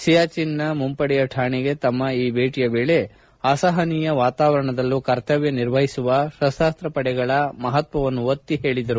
ಸಿಯಾಚಿನ್ ನ ಮುಂಪಡೆಯ ಠಾಣೆಗೆ ತಮ್ಮ ಈ ಭೇಟಿಯ ವೇಳೆ ಅಸಹನೀಯ ವಾತಾವರಣದಲ್ಲೂ ಕರ್ತವ್ಯ ನಿರ್ವಹಿಸುವ ಸಶಸ್ತ ಪಡೆಗಳ ಮಹತ್ವವನ್ನು ಒತ್ತಿ ಹೇಳಿದರು